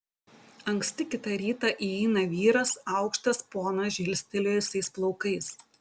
anksti kitą rytą įeina vyras aukštas ponas žilstelėjusiais plaukais